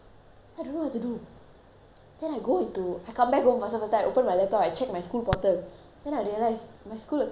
then I go home to I come back home faster faster I open my laptop I check my school portal then I realise my school account got hacked or something I don't know lah